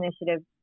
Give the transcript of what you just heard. initiative